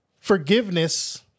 forgiveness